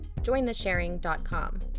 jointhesharing.com